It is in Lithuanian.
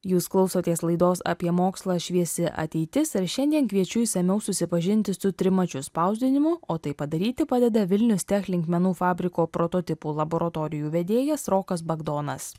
jūs klausotės laidos apie mokslą šviesi ateitis ir šiandien kviečiu išsamiau susipažinti su trimačiu spausdinimu o tai padaryti padeda vilnius tech linkmenų fabriko prototipų laboratorijų vedėjas rokas bagdonas